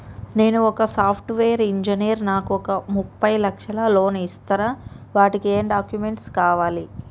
నేను ఒక software engineer నాకు ఒక ముప్పై లక్షల లోన్ ఇస్తరా? వాటికి ఏం డాక్యుమెంట్స్ కావాలి?